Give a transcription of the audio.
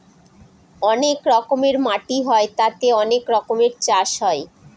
অনেক রকমের মাটি হয় তাতে অনেক রকমের চাষ হয়